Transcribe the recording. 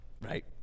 right